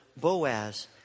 Boaz